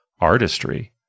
artistry